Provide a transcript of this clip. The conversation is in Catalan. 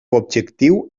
objectiu